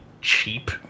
cheap